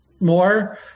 more